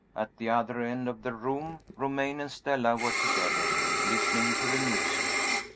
at the other end of the room romayne and stella were together, listening to the music.